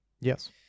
Yes